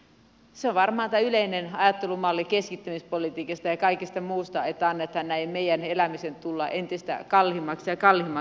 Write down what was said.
se on varmaan tämä yleinen ajattelumalli keskittämispolitiikasta ja kaikesta muusta että annetaan näin meidän elämisen tulla entistä kalliimmaksi ja kalliimmaksi vain